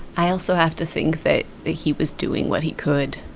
i also have to think that that he was doing what he could.